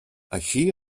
així